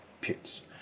pits